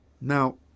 Now